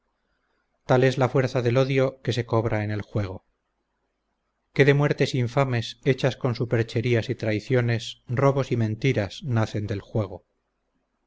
tal es la fuerza del odio que se cobra en el juego qué de muertes infames hechas con supercherías y traiciones robos y mentiras nacen del juego